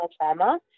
trauma